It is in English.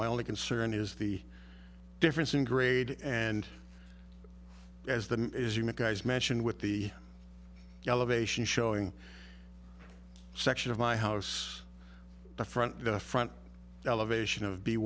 my only concern is the difference in grade and as the is human guys mention with the elevation showing section of my house the front the front elevation of b